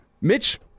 Mitch